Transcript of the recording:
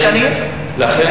למשל,